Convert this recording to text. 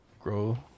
grow